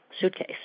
suitcase